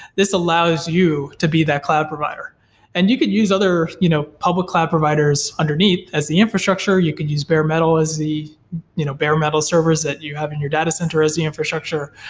this allows you to be that cloud provider and you could use other you know public cloud providers underneath as the infrastructure, you could use bare metal as the you know bare metal servers servers that you have in your data center as the infrastructure,